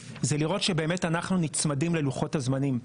זה לראות שאנחנו נצמדים ללוחות הזמנים.